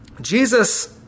Jesus